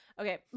Okay